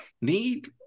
Need